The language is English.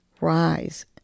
rise